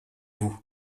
vous